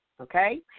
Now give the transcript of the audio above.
okay